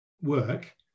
work